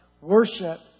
Worship